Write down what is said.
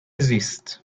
زیست